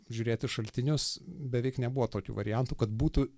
žiūrėti šaltinius beveik nebuvo tokių variantų kad būtų